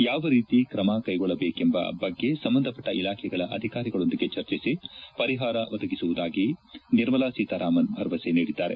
ಯಾವ ರೀತಿ ಕ್ರಮ ಕ್ರೆಗೊಳ್ಳಬೇಕೆಂಬ ಬಗ್ಗೆ ಸಂಬಂಧಪಟ್ಟ ಇಲಾಖೆಗಳ ಅಧಿಕಾರಿಗಳೊಂದಿಗೆ ಚರ್ಚಿಸಿ ಪರಿಪಾರ ಒದಗಿಸುವುದಾಗಿ ನಿರ್ಮಲಾ ಸೀತಾರಾಮನ್ ಭರವಸೆ ನೀಡಿದ್ದಾರೆ